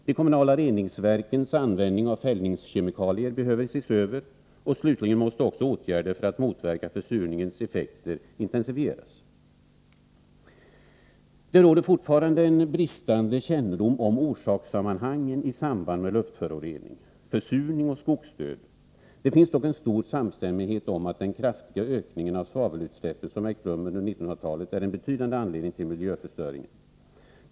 De kommunala reningsverkens användning av fällningskemikalier behöver ses över, och slutligen måste också åtgärder för att motverka försurningens effekter intensifieras. Det råder fortfarande bristande kännedom om orsakssammanhangen i samband med luftförorening, försurning och skogsdöd. Det finns dock en stor samstämmighet om att den kraftiga ökning av svavelutsläppen som ägt rum under 1900-talet är en betydande anledning till miljöförstöringen.